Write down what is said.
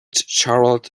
charlotte